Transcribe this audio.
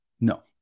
No